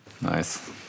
Nice